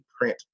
print